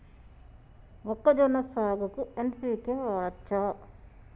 మొక్కజొన్న సాగుకు ఎన్.పి.కే వాడచ్చా?